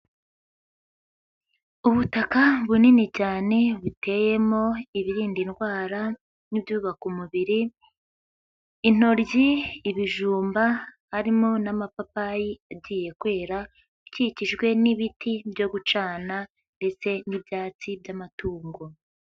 Ubutaka bunini cyane buteyemo ibirinda indwara n'ibyubaka umubiri, intoryi, ibijumba, harimo n'amapapayi agiye kwera, akikijwe n'ibiti byo gucana ndetse n'ibyatsi by'amatungo.